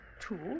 two